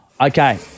Okay